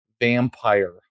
vampire